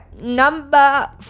number